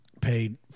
paid